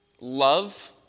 Love